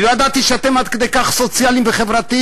אני לא ידעתי שאתם עד כדי כך סוציאליים וחברתיים.